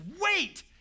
wait